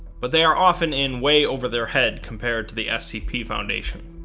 but they are often in way over their head compared to the scp foundation.